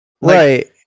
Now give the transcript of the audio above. Right